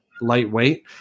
lightweight